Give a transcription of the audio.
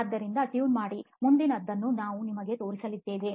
ಆದ್ದರಿಂದ ಟ್ಯೂನ್ ಮಾಡಿ ಮುಂದಿನದನ್ನು ನಾವು ನಿಮಗೆ ತೋರಿಸಲಿದ್ದೇವೆ